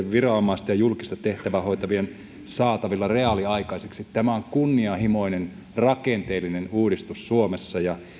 viranomaisten ja julkista tehtävää hoitavien saatavilla reaaliaikaisesti tämä on kunnianhimoinen rakenteellinen uudistus suomessa